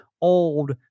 old